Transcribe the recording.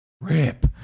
Rip